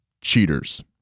cheaters